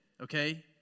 okay